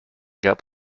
gab